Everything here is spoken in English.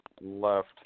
left